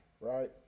right